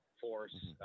force